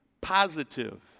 positive